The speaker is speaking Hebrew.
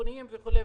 ביטחוניים וכולי.